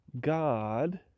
God